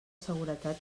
seguretat